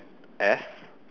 S